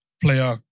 player